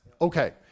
Okay